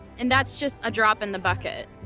and that's just a drop in the bucket.